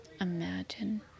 imagine